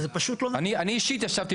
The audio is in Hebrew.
אני אישית ישבתי